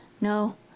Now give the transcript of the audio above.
No